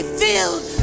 filled